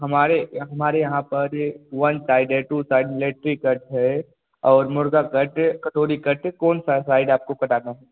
हमारे हमारे यहाँ पर one side to side military cut है और मुर्गा कट कटोरी कट कौनसा साइड आपको कटाना